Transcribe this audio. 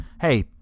Hey